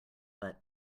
but